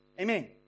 Amen